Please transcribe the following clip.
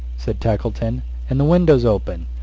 said tackleton and the window's open.